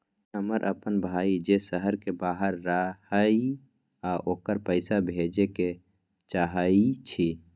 हमर अपन भाई जे शहर के बाहर रहई अ ओकरा पइसा भेजे के चाहई छी